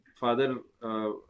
father